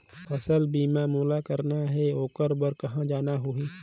फसल बीमा मोला करना हे ओकर बार कहा जाना होही?